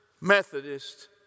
Methodist